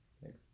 Thanks